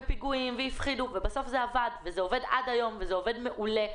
פיגועים והפחידו אבל בסוף זה עבד וזה עובד עד היום וזה עובד מעולה.